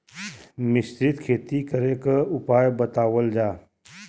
मिश्रित खेती करे क उपाय बतावल जा?